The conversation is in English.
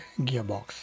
gearbox